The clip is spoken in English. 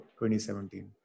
2017